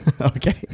okay